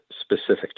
specific